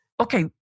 Okay